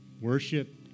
Worship